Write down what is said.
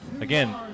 Again